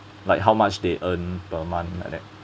like how much they earn per month like that